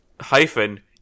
hyphen